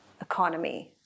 economy